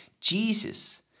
Jesus